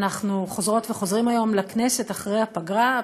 אנחנו חוזרות וחוזרים היום לכנסת אחרי הפגרה,